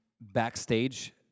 backstage